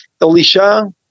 Elisha